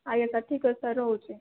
ଆଜ୍ଞା ସାର୍ ଠିକ୍ ଅଛି ସାର୍ ରହୁଛି